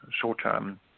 short-term